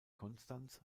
konstanz